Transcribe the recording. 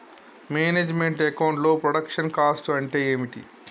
Manage meant account లో production cost అంటే ఏమిటి?